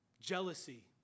jealousy